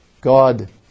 God